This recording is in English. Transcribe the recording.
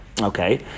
okay